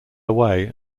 away